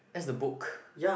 that's a book